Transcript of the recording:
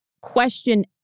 question